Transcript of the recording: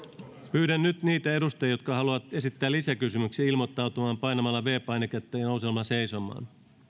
pyydän nyt niitä edustajia jotka haluavat esittää lisäkysymyksiä ilmoittautumaan painamalla viides painiketta ja nousemalla seisomaan